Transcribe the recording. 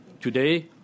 today